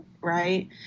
right